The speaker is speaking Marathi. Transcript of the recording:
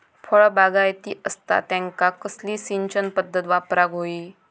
फळबागायती असता त्यांका कसली सिंचन पदधत वापराक होई?